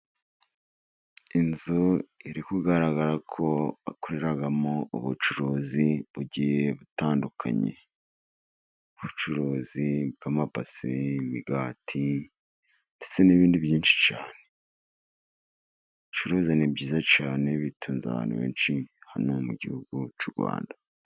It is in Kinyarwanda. Inzu iri kugaragara ko bakoreramo ubucuruzi bugiye butandukanye. Ubucuruzi bw'amabase, imigati ndetse n'ibindi byinshi cyane. Gucuruza ni byiza cyane bitunze abantu benshi hano mu gihugu cy'u Rwanda.